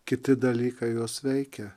kiti dalykai juos veikia